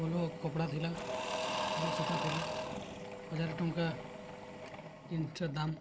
ଭଲ କପଡ଼ା ଥିଲା ଭଲ ସୁତା ଥିଲା ହଜାର ଟଙ୍କା ଜିନ୍ସଟା ଦାମ